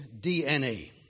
DNA